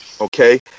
okay